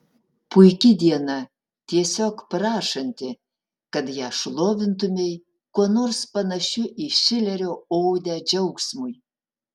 puiki diena tiesiog prašanti kad ją šlovintumei kuo nors panašiu į šilerio odę džiaugsmui